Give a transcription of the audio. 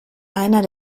einer